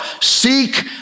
seek